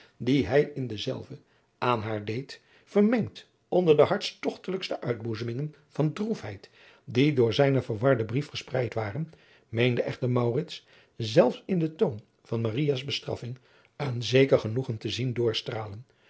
die hij in denzelven aan haar deed vermengd onder de hartstogtelijkste uitboezemingen van droefheid die door zijnen verwarden brief verspreid waren meende echter maurits zelfs in den toon van maria's bestraffing een zeker genoegen te zien